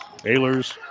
Aylers